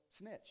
snitch